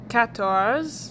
Quatorze